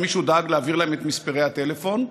ומישהו דאג להעביר להם את מספרי הטלפון.